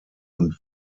und